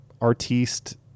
artiste